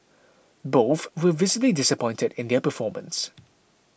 both were visibly disappointed in their performance